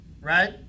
Right